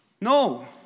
No